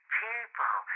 people